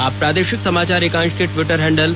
आप प्रादेषिक समाचार एकांश के ट्विटर हैंडल